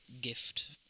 gift